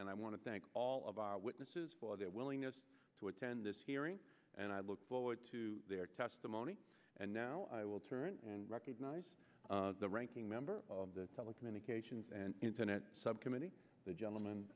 and i want to thank all of our witnesses for their willingness to attend this hearing and i look forward to their testimony and now i will turn and recognize the ranking member of the telecommunications and internet subcommittee the gentleman